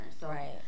Right